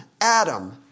Adam